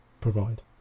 provide